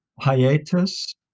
hiatus